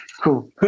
Cool